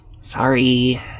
Sorry